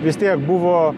vis tiek buvo